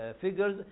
figures